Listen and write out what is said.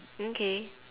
okay